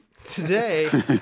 Today